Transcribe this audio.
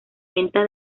venta